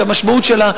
שהמשמעות שלה,